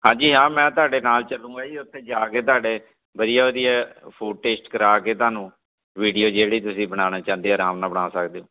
ਹਾਂਜੀ ਹਾਂ ਮੈਂ ਤੁਹਾਡੇ ਨਾਲ ਚੱਲੂੰਗਾ ਜੀ ਉੱਥੇ ਜਾ ਕੇ ਤੁਹਾਡੇ ਵਧੀਆ ਵਧੀਆ ਫੂਡ ਟੇਸਟ ਕਰਾ ਕੇ ਤੁਹਾਨੂੰ ਵੀਡੀਓ ਜਿਹੜੀ ਤੁਸੀਂ ਬਣਾਉਣਾ ਚਾਹੁੰਦੇ ਹੋ ਆਰਾਮ ਨਾਲ ਬਣਾ ਸਕਦੇ ਹੋ